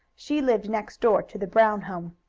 she lived next door to the brown home.